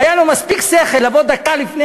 והיה לו מספיק שכל לבוא דקה לפני